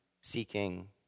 seeking